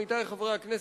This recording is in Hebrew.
עמיתי חברי הכנסת,